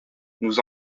nous